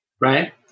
Right